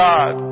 God